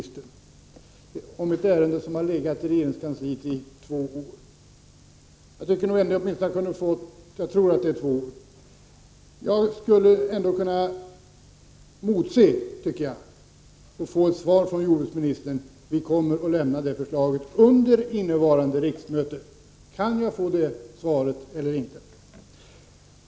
Det gäller ett ärende som har legat hos regeringskansliet i, tror jag, två år. Jag tycker att jordbruksministern åtminstone kunde lämna följande svar: Vi kommer att lägga fram ett förslag under innevarande riksmöte. Kan jag få det svaret eller inte?